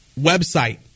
website